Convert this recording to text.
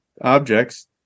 objects